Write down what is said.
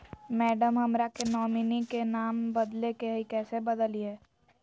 madam, हमरा के nominee में नाम बदले के हैं, कैसे बदलिए